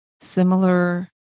similar